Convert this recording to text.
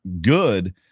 good